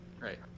right